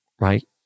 right